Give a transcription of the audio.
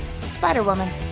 Spider-Woman